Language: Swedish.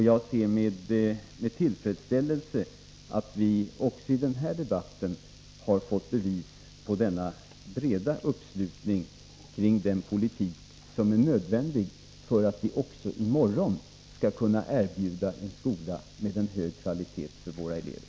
Jag ser med tillfredsställelse att vi även i den här debatten har fått bevis på denna breda uppslutning kring den politik som är nödvändig för att vi också i morgon skall kunna erbjuda en skola med en hög kvalitet för våra elever.